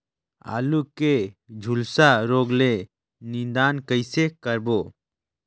आलू के झुलसा रोग ले निदान कइसे करबो?